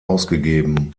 ausgegeben